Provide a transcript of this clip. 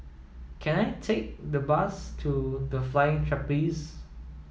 can I take the bus to The Flying Trapeze